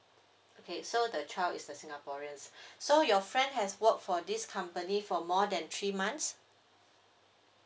okay so the child is a singaporean so your friend has work for this company for more than three months